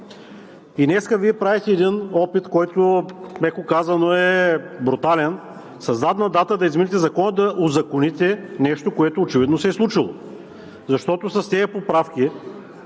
И днес Вие правите един опит, който, меко казано, е брутален – със задна дата да измените Закона, да узаконите нещо, което очевидно се е случило. Защото с тези поправки